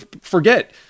forget